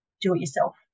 do-it-yourself